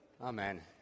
Amen